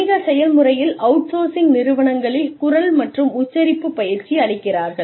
வணிக செயல்முறையில் அவுட்சோர்சிங் நிறுவனங்களில் குரல் மற்றும் உச்சரிப்பு பயிற்சி அளிக்கிறார்கள்